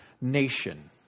nation